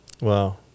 Wow